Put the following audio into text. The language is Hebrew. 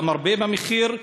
אז המרבה במחיר,